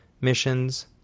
missions